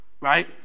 right